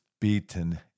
beaten